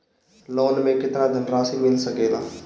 Loan मे केतना धनराशी मिल सकेला?